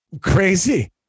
crazy